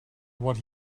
what